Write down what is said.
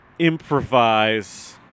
improvise